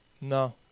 No